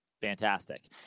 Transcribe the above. Fantastic